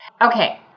Okay